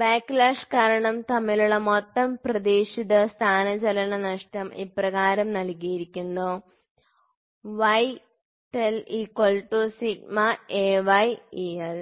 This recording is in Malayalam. ബാക്ക്ലാഷ് കാരണം തമ്മിലുള്ള മൊത്തം പ്രതീക്ഷിത സ്ഥാനചലന നഷ്ടം ഇപ്രകാരം നൽകിയിരിക്കുന്നു YtelAYel